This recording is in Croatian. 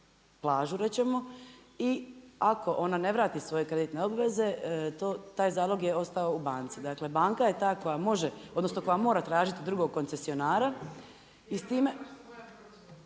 plažu, reći ćemo, i ako ona ne vrati svoje kreditne obveze, taj zalog je ostao u banci, dakle banka je ta koja može odnosno koja mora tražiti drugog koncesionara… …/Upadica